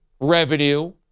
revenue